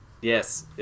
yes